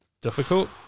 difficult